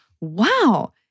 wow